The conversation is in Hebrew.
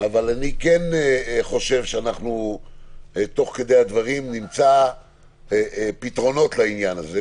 אני חושב שתוך כדי הדברים אנחנו נמצא פתרונות לדבר הזה,